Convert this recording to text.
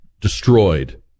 destroyed